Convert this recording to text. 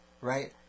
right